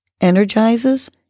energizes